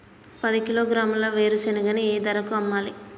పది కిలోగ్రాముల వేరుశనగని ఏ ధరకు అమ్మాలి?